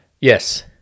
Yes